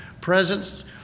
presence